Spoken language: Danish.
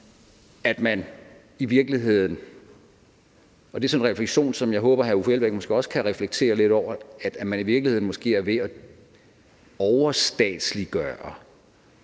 at man i virkeligheden – det sådan en refleksion, som jeg håber hr. Uffe Elbæk også kan reflektere lidt over – er ved at overstatsliggøre